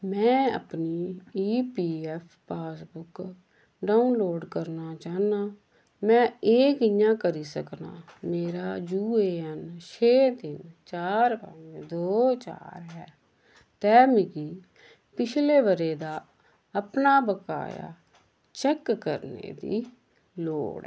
में अपनी E P F passbook download करना चाह्न्नां में एह् कि'यां करी सकनां मेरा यू ए एन छे तिन्न चार पंज दो चार ऐ ते मिगी पिछले ब'रे दा अपना बकाया चेक करने दी लोड़ ऐ